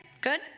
Good